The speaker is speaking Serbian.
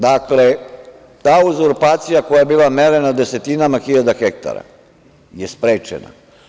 Dakle, ta uzurpacija koja je bila merena desetinama hiljada hektara je sprečena.